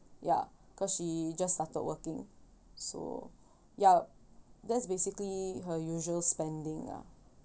ya cause she just started working so ya that's basically her usual spending lah